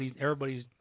Everybody's